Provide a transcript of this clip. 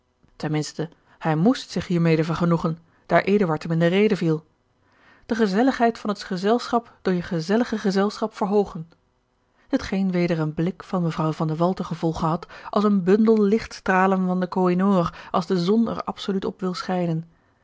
minste hij moest zich hiermede vergenoegen daar eduard hem in de rede viel de gezelligheid van het gezelschap door je gezellig gezelschap verhoogen hetgeen weder een blik van mevrouw van de wall tengevolge had als een bundel lichtstralen van den cohinoor als de zon er absoluut op wil schijnen